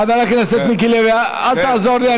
חבר הכנסת מיקי לוי, אל תעזור לי.